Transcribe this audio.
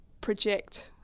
project